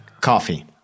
Coffee